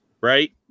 right